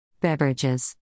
Beverages